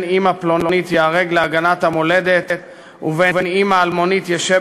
אימא פלונית ייהרג להגנת המולדת ובן אימא אלמונית ישב